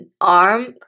arm